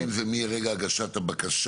14 ימים זה מרגע הגשת הבקשה?